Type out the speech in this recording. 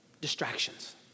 distractions